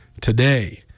today